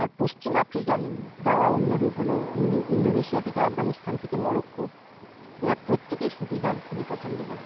আর পশ্চিম আফ্রিকান গাওয়া অন্য রূপ হলো ইন্দো ইন্দোনেশিয়া থেকে আফগানিস্তান থেকে মরক্কো এরা প্রত্যেকেই সুফি গান খুবই পছন্দ করে